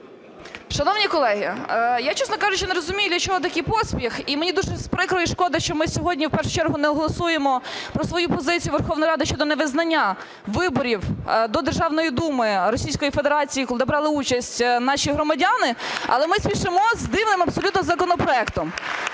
Шановні колеги, я, чесно кажучи, не розумію, для чого такий поспіх. І мені дуже прикро і шкода, що ми сьогодні у першу чергу не голосуємо про свою позицію Верховної Ради щодо невизнання виборів до Державної Думи Російської Федерації, де брали участь наші громадяни, але ми спішимо з дивним абсолютно законопроектом.